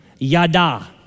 Yada